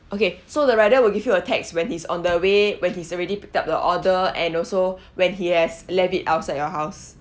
okay so the rider will give you a text when he's on the way when he's already picked up the order and also when he has left it outside your house